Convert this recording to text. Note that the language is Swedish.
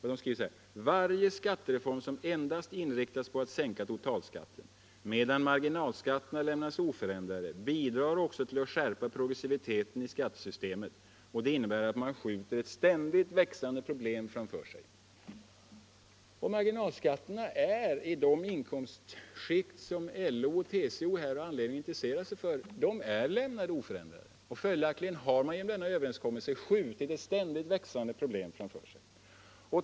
Det heter där: ”Varje skattereform som endast inriktas på att sänka totalskatten medan marginalskatterna lämnas oförändrade bidrar också till att skärpa progressiviteten i skattesystemet. -—-—- det innebär att man skjuter ett ständigt växande problem framför sig.” Marginalskatterna har i de inkomstskikt som LO och TCO har anledning att intressera sig för lämnats oförändrade. Följaktligen har man genom denna överenskommelse skjutit ett ständigt växande problem framför sig.